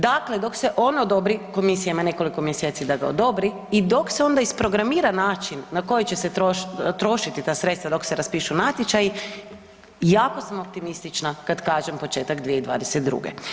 Dakle dok se on odobri, komisija ima nekoliko mjeseci da ga odobri i dok se onda isprogramira način na koji će se trošiti ta sredstva dok se raspišu natječaji, jako sam optimistična kad kažem početak 2022.